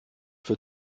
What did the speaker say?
für